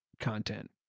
content